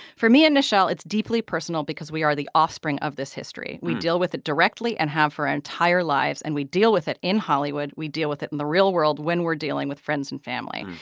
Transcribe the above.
for me and nichelle, it's deeply personal because we are the offspring of this history. we deal with it directly and have for our entire lives. and we deal with it in hollywood. we deal with it in the real world when we're dealing with friends and family.